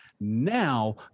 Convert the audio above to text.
Now